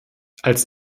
als